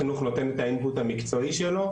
משרד החינוך נותן את ה"input" המקצועי שלו,